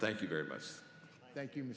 thank you very much thank you